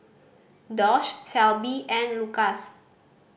Doss Shelby and Lucas